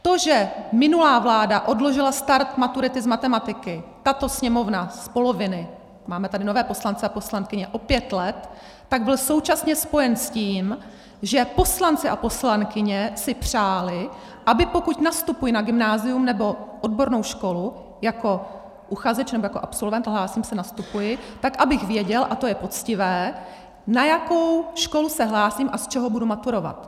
To, že minulá vláda odložila start maturity z matematiky, tato Sněmovna z poloviny, máme tady nové poslance a poslankyně o pět let, tak bylo současně spojeno s tím, že poslanci a poslankyně si přáli, aby pokud nastupuji na gymnázium nebo odbornou školu jako uchazeč nebo jako absolvent, hlásím se, nastupuji, tak abych věděl, a to je poctivé, na jakou školu se hlásím a z čeho budu maturovat.